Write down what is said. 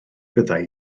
fyddai